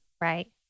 Right